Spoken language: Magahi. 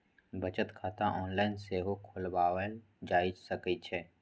बचत खता ऑनलाइन सेहो खोलवायल जा सकइ छइ